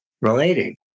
relating